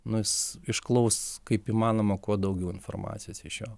nu jis išklaus kaip įmanoma kuo daugiau informacijos iš jo